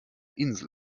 insel